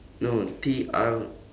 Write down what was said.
no no T R